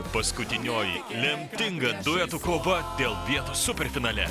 paskutinioji lemtinga duetų kova dėl vietos superfinale